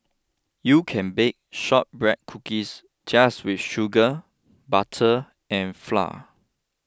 you can bake Shortbread Cookies just with sugar butter and flour